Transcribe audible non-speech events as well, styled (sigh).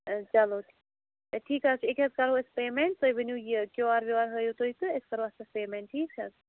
چلو (unintelligible) ٹھیٖک حظ چھُ أکیاہ حظ کرو أسۍ پیمٮ۪نٛٹ تُہۍ ؤنِو یہِ کیوٗ آر ویوٗ آر تُہۍ تہٕ أسۍ کَرو اَسہِ پیمٮ۪نٛٹ ٹھیٖک چھےٚ حظ